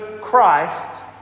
Christ